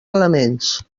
elements